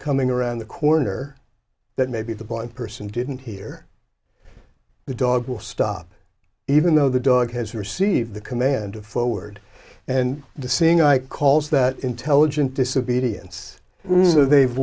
coming around the corner that maybe the blind person didn't hear the dog will stop even though the dog has received the command to forward and the seeing eye calls that intelligent disobedience or they've